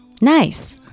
Nice